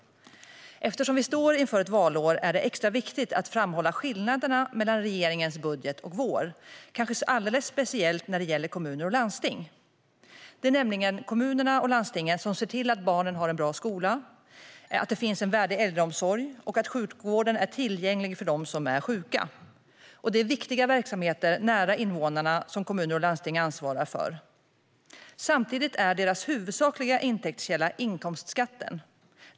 Eftersom vi står inför ett valår är det extra viktigt att framhålla skillnaderna mellan regeringens budget och vår, kanske alldeles speciellt när det gäller kommuner och landsting. Det är nämligen kommunerna och landstingen som ser till att barnen har en bra skola, att det finns en värdig äldreomsorg och att sjukvården är tillgänglig för dem som är sjuka. Det är viktiga verksamheter nära invånarna som kommuner och landsting ansvarar för. Samtidigt är deras huvudsakliga intäktskälla inkomstskatten.